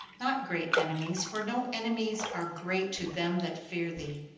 not great enemies, for no enemies are great to them that fear thee.